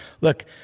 Look